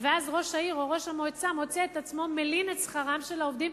ואז ראש העיר או ראש המועצה מוצא את עצמו מלין את שכרם של העובדים,